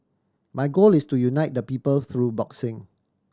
my goal is to unite the people through boxing